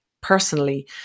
personally